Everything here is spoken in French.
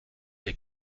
les